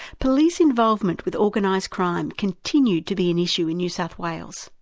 police involvement with organised crime continued to be an issue in new south wales.